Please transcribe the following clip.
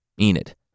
Enid